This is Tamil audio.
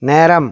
நேரம்